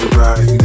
right